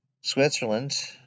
Switzerland